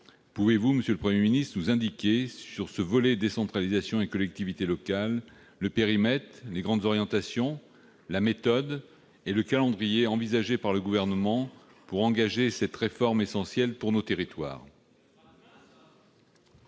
Pouvez-vous, monsieur le Premier ministre, nous indiquer, sur ce volet décentralisation et collectivités locales, le périmètre, les grandes orientations, la méthode et le calendrier envisagés par le Gouvernement pour engager cette réforme essentielle pour nos territoires ?